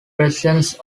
presence